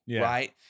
right